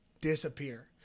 disappear